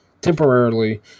temporarily